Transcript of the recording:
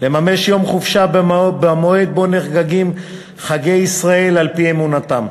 לממש יום חופשה במועד שבו נחגגים חגי ישראל על-פי אמונתם.